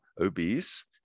obese